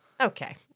Okay